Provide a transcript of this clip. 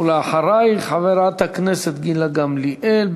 ואחרייך, חברת הכנסת גילה גמליאל.